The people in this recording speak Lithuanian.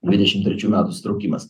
dvidešim trečių metų susitraukimas